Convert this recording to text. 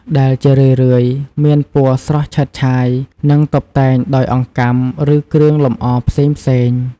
ដែលជារឿយៗមានពណ៌ស្រស់ឆើតឆាយ និងតុបតែងដោយអង្កាំ ឬគ្រឿងលម្អផ្សេងៗ។